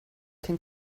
can